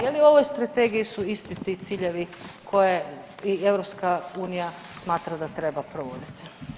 Je li u ovoj strategiji su isti ti ciljevi koje EU smatra da treba provoditi?